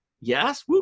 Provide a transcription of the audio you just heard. Yes